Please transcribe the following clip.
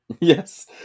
Yes